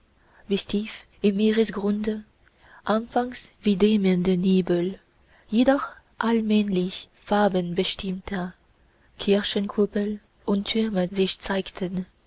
tief im meeresgrunde anfangs wie dämmernde nebel jedoch allmählich farbenbestimmter kirchenkuppel und türme sich zeigten